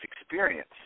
experience